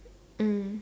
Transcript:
mm